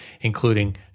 including